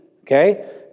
Okay